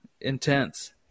intense